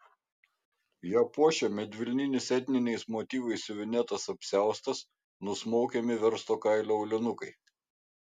ją puošė medvilninis etniniais motyvais siuvinėtas apsiaustas nusmaukiami versto kailio aulinukai